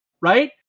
right